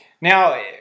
Now